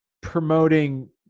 promoting